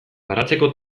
baratzeko